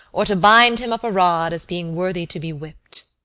or to bind him up a rod, as being worthy to be whipped.